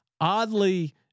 oddly